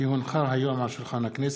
כי הונחו היום על שולחן הכנסת,